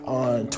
on